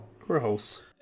Gross